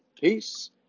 peace